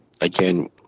again